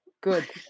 good